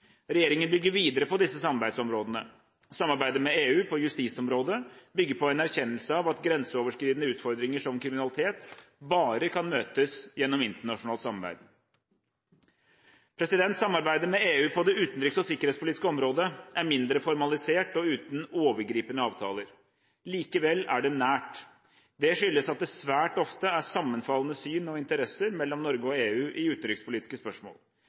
Regjeringen bygger videre på disse samarbeidsområdene. Samarbeidet med EU på justisområdet bygger på en erkjennelse av at grenseoverskridende utfordringer som kriminalitet bare kan møtes gjennom internasjonalt samarbeid. Samarbeidet med EU på det utenriks- og sikkerhetspolitiske området er mindre formalisert og uten overgripende avtaler. Likevel er det nært. Det skyldes at det svært ofte er sammenfallende syn og interesser mellom Norge og EU i utenrikspolitiske spørsmål.